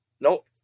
nope